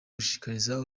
gushishikariza